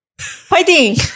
Fighting